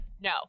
No